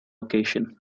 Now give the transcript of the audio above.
occasion